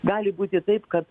gali būti taip kad